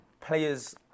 players